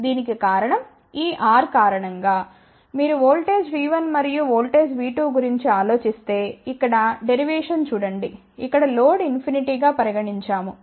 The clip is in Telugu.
దీనికి కారణం ఈ R కారణంగా మీరు ఓల్టేజ్ V1 మరియు ఓల్టేజ్ V2 గురించి ఆలోచిస్తే ఇక్కడ డెరివేషన్ చూడండి ఇక్కడ లోడ్ ఇన్ఫినిటి గా పరిగణించాము